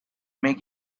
make